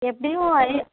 எப்படியும் ஐ